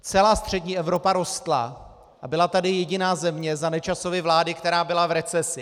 Celá střední Evropa rostla a byla tu jediná země za Nečasovy vlády, která byla v recesi.